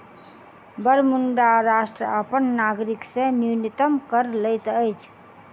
Bermuda राष्ट्र अपन नागरिक से न्यूनतम कर लैत अछि